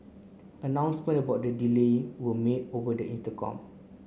announcement about the delay were made over the intercom